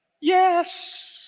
Yes